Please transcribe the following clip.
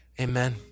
Amen